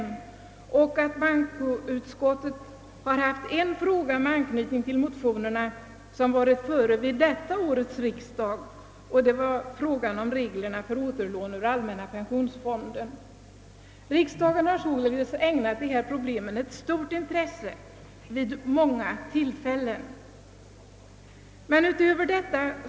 Utskottet har också behandlat en fråga med anknytning till motionerna, vilken har varit före vid detta års riksdag, nämligen frågan om reglerna för återlån ur allmänna pensionsfonden. Riksdagen har sålunda vid många tillfällen ägnat dessa problem stort intresse.